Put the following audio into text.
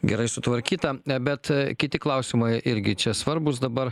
gerai sutvarkyta bet kiti klausimai irgi čia svarbūs dabar